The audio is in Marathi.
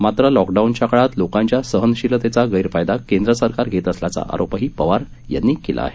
मात्र लॉकडाऊनच्या काळात लोकांच्या सहनशीलतेचा गैरफायदा केंद्र सरकार घेत असल्याचा आरोपही पवार यांनी केला आहे